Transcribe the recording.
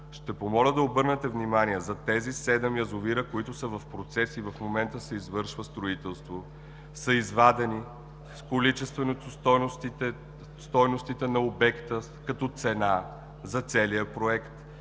Ще помоля да обърнете внимание на тези седем язовира, които са в процес и в момента се извършва строителство, там са извадени количествените стойности на обекта като цена за целия проект